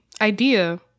Idea